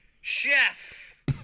chef